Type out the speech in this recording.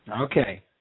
Okay